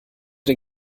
den